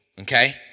Okay